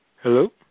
Hello